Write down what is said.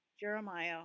Jeremiah